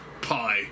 pie